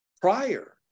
prior